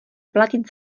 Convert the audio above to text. platit